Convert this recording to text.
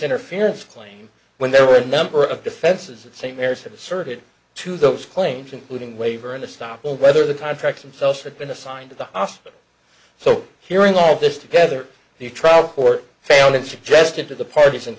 interference claim when there were a number of defenses at st mary's have asserted to those claims including waiver in the stop or whether the contract themselves had been assigned to the hospital so hearing all this together the trial court found it suggested to the parties and